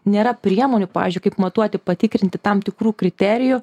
nėra priemonių pavyzdžiui kaip matuoti patikrinti tam tikrų kriterijų